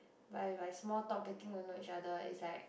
but if like small talk getting to know each other is like